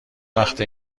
وقته